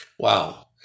Wow